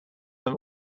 from